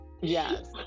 Yes